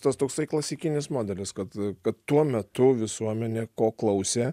tas toksai klasikinis modelis kad kad tuo metu visuomenė ko klausė